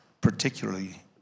particularly